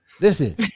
Listen